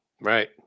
Right